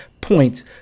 points